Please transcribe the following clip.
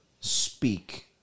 speak